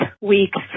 weeks